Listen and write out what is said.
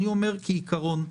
אני אומר כעיקרון,